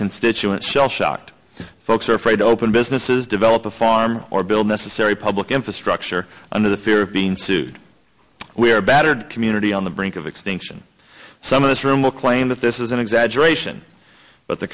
constituents shell shocked folks are afraid to open businesses develop a farm or build necessary public infrastructure under the fear of being sued we are a battered community on the brink of extinction some of this room will claim that this is an exaggeration but the